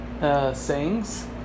sayings